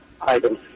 items